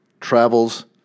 travels